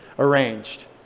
Arranged